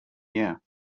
year